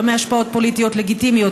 לא מהשפעות פוליטיות לגיטימיות,